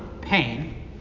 pain